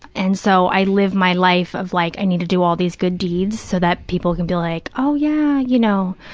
and so, i live my life of like, i need to do all these good deeds so that people can be like, oh, yeah, you know,